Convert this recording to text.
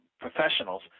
professionals